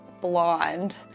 blonde